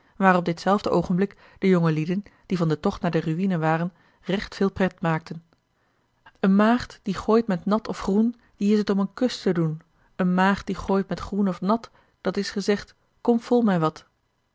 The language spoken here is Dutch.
op ditzelfde oogenblik de jongelieden die van den tocht naar de ruïne waren weêrgekeerd recht veel pret maakten een maagd die gooit met nat of groen die is het om een kus te doen een maagd die gooit met groen of nat dat is gezegd kom fooi mij wat